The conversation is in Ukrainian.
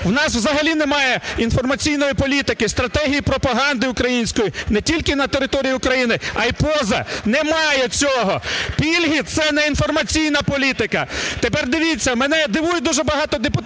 У нас взагалі немає інформаційної політики, стратегії і пропаганди української не тільки на території України, а й поза, немає цього. Пільги – це не інформаційна політика. Тепер дивіться, мене дивує дуже багато депутатів,